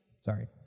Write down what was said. Sorry